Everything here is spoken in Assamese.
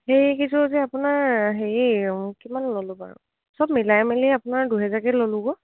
সেৰি কিছু যে আপোনাৰ হেৰি কিমান ল'লো বাৰু চব মিলাই মেলি আপোনাৰ দুহেজাকে ল'লোগ'